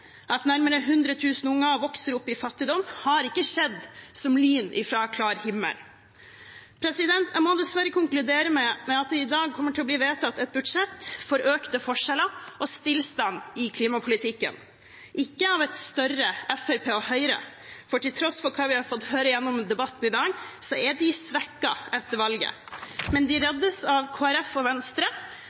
At nærmere 100 000 unger vokser opp i fattigdom, har ikke skjedd som lyn fra klar himmel. Jeg må dessverre konkludere med at det i dag kommer til å bli vedtatt et budsjett for økte forskjeller og stillstand i klimapolitikken – ikke av et større Fremskrittspartiet og Høyre, for til tross for hva vi har fått høre gjennom debatten i dag, er de svekket etter valget, men de reddes av Kristelig Folkeparti og Venstre,